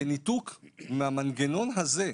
בניתוק מהמנגנון הזה,